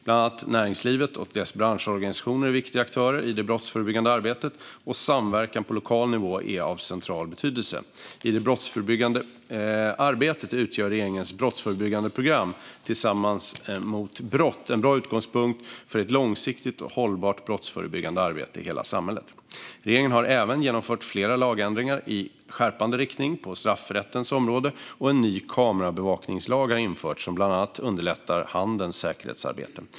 Bland annat näringslivet och dess branschorganisationer är viktiga aktörer i det brottsförebyggande arbetet, och samverkan på lokal nivå är av central betydelse. I det brottsförebyggande arbetet utgör regeringens brottsförebyggande program, Tillsammans mot brott , en bra utgångspunkt för ett långsiktigt och hållbart brottsförebyggande arbete i hela samhället. Regeringen har även genomfört flera lagändringar i skärpande riktning på straffrättens område, och en ny kamerabevakningslag har införts som bland annat underlättar handelns säkerhetsarbete.